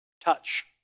touch